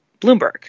Bloomberg